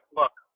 look